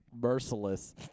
merciless